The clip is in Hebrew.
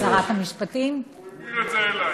הוא העביר את זה אלי.